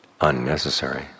unnecessary